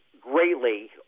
greatly